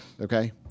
Okay